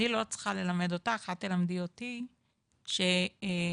אני לא צריכה ללמד אותך, את תלמדי אותי, שבעצם